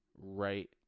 right